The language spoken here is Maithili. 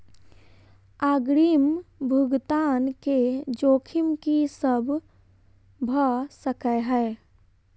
अग्रिम भुगतान केँ जोखिम की सब भऽ सकै हय?